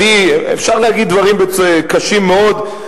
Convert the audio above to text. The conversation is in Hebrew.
אפשר להגיד דברים קשים מאוד,